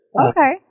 Okay